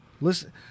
listen